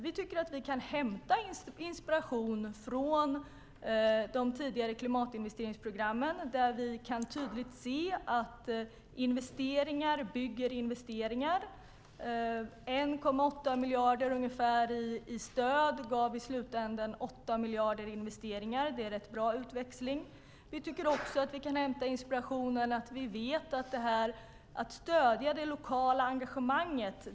Vi tycker att vi kan hämta inspiration från de tidigare klimatinvesteringsprogrammen, där vi tydligt ser att investeringar skapar investeringar. Ungefär 1,8 miljarder i stöd gav i slutändan 8 miljarder i investeringar. Det är en rätt bra utväxling. Vi kan också hämta inspiration av att stödja det lokala engagemanget.